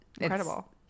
Incredible